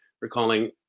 recalling